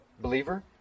believer